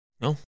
No